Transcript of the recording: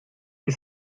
que